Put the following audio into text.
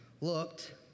looked